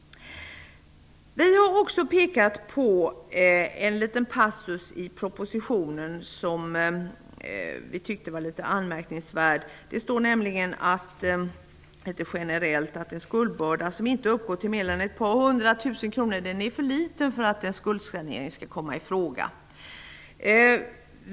Vi har också pekat på en liten passus i propositionen som var litet anmärkningsvärd. Det står nämligen litet generellt att en skuldbörda som inte uppgår till mer än ett par hundra tusen kronor är för liten för att att en skuldsanering skall kunna komma ifråga.